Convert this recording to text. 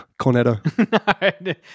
Cornetto